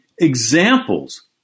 examples